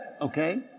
Okay